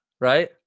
Right